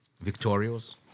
victorious